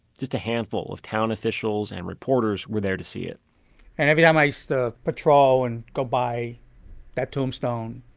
just a handful of town officials and reporters were there to see it and every time i used to patrol and go by that tombstone,